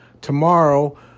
Tomorrow